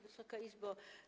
Wysoka Izbo!